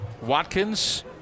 Watkins